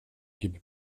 gibi